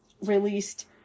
released